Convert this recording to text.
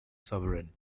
sovereign